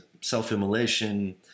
self-immolation